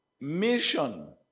Mission